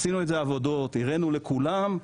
עשינו עבודות, הראינו לכולם,